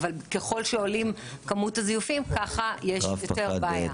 אבל ככל שעולה כמות הזיופים כך יש יותר בעיה.